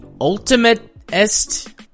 ultimate-est